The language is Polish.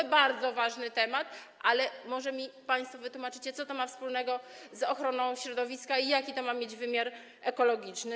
To bardzo ważny temat, ale może mi państwo wytłumaczycie, co to ma wspólnego z ochroną środowiska i jaki to ma mieć wymiar ekologiczny.